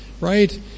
Right